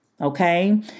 Okay